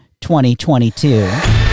2022